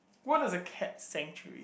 what is the cat thing with